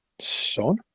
son